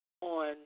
On